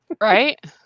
Right